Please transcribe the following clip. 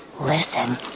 listen